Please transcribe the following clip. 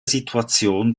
situation